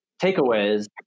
takeaways